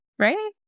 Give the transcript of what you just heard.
Right